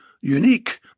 unique